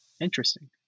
Interesting